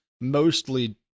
mostly